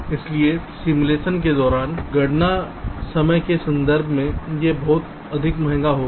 इसलिए सिमुलेशन के दौरान गणना समय के संदर्भ में यह बहुत अधिक महंगा होगा